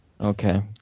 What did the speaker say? Okay